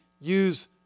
use